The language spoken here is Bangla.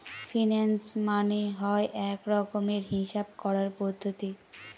ফিন্যান্স মানে হয় এক রকমের হিসাব করার পদ্ধতি